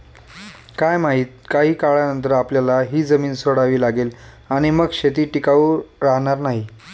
काय माहित, काही काळानंतर आपल्याला ही जमीन सोडावी लागेल आणि मग शेती टिकाऊ राहणार नाही